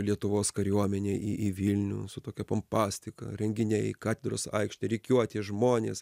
lietuvos kariuomenė į į vilnių su tokia pompastika renginiai katedros aikštė rikiuotės žmonės